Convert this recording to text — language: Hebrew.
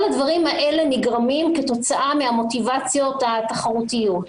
כל הדברים האלה נגרמים כתוצאה מהמוטיבציות התחרותיות.